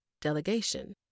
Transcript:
delegation